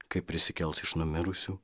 kai prisikels iš numirusių